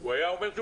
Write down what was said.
הוא היה אומר שהוא